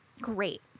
Great